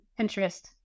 Pinterest